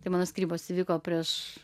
tai mano skyrybos įvyko prieš